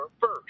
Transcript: first